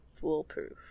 foolproof